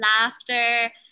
laughter